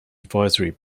advisory